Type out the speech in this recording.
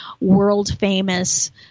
world-famous